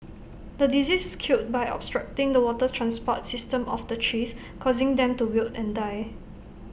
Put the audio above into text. the disease killed by obstructing the water transport system of the trees causing them to wilt and die